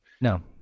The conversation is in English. No